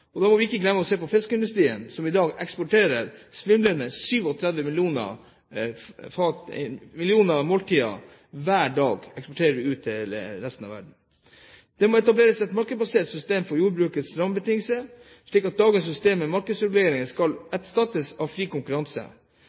Og da må vi ikke glemme å se på fiskeindustrien, som i dag eksporterer svimlende 37 millioner måltider hver dag til resten av verden. Det må etableres et markedsbasert system for jordbrukets rammebetingelser, slik at dagens system med markedsreguleringer erstattes av fri konkurranse.